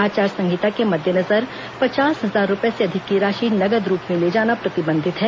आचार संहिता के मद्देनजर पचास हजार रुपए से अधिक की राशि नगद रूप में ले जाना प्रतिबंधित है